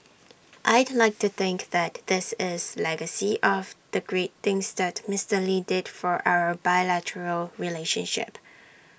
I'd like to think that this is legacy of the great things that Mister lee did for our bilateral relationship